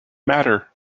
matter